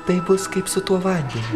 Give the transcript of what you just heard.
tai bus kaip su tuo vandeniu